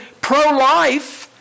pro-life